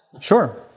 Sure